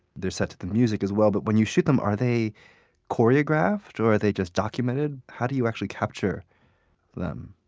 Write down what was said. they're set to to music as well. but when you shoot them, are they choreographed or are they just documented? how do you actually capture them?